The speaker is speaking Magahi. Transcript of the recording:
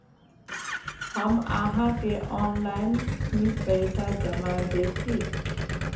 हम आहाँ के ऑनलाइन ही पैसा जमा देब की?